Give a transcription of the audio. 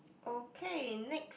okay next